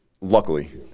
Luckily